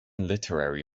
literary